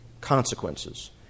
consequences